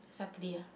Saturday ah